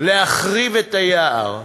להחריב את היער.